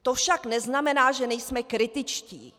To však neznamená, že nejsme kritičtí.